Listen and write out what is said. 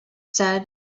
said